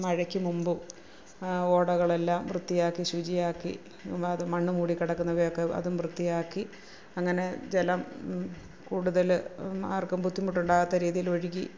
മഴക്ക് മുമ്പും ഓടകളെല്ലാം വൃത്തിയാക്കി ശുചിയാക്കി മത് മണ്ണ് മൂടി കിടക്കുന്നവയൊക്കെ അതും വൃത്തിയാക്കി അങ്ങനെ ജലം കൂടുതൽ ആര്ക്കും ബുദ്ധിമുട്ടുണ്ടാകാത്ത രീതിയിലൊഴുകി